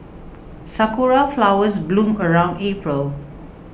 sakura flowers bloom around April